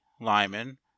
Lyman